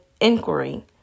inquiry